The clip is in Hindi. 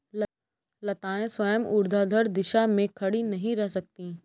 लताएं स्वयं ऊर्ध्वाधर दिशा में खड़ी नहीं रह सकती